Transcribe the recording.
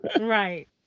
right